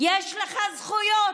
יש לך זכויות,